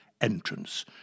entrance